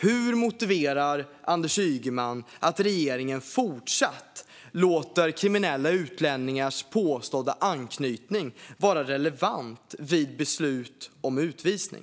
Hur motiverar Anders Ygeman att regeringen fortsatt låter kriminella utlänningars påstådda anknytning vara relevant vid beslut om utvisning?